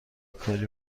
کاری